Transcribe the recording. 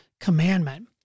commandment